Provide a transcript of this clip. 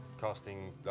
casting